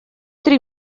три